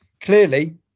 clearly